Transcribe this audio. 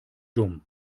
dumm